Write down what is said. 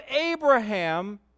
Abraham